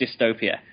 dystopia